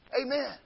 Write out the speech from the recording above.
Amen